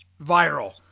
viral